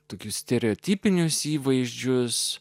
tokius stereotipinius įvaizdžius